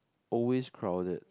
always crowded